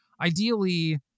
ideally